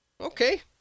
Okay